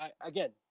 again